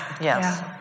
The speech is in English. Yes